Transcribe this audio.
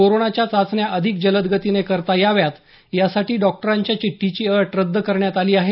कोरोनाच्या चाचण्या अधिक जलदगतीने करता याव्यात यासाठी डॉक्टरांच्या चिठ्ठीची अट रद्द करण्यात आली आहे